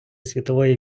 світової